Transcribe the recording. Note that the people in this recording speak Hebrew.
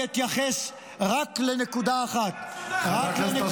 אני אתייחס רק לנקודה אחת, רק לנקודה אחת.